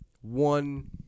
one